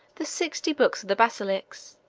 the sixty books of the basilics,